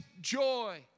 joy